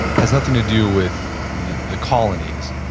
has nothing to do with the colonies,